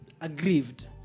aggrieved